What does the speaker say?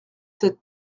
sept